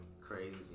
crazy